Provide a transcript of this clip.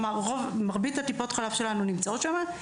מרבית טיפות החלב שלנו נמצאות שם.